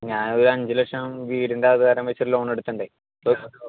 ഞാനൊരു അഞ്ച് ലക്ഷം വീടിൻ്റെ ആധാരം വെച്ചൊരു ലോണെടുത്തുണ്ട്